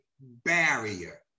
barrier